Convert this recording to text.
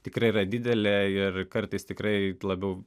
tikrai yra didelė ir kartais tikrai labiau